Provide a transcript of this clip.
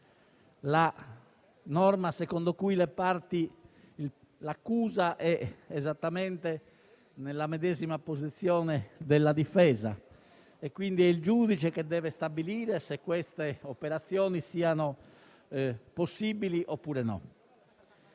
la norma secondo cui l'accusa è esattamente nella medesima posizione della difesa; è il giudice a dover stabilire se tali operazioni siano possibili oppure no.